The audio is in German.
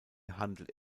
handelt